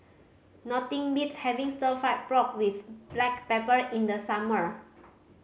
nothing beats having Stir Fried Pork With Black Pepper in the summer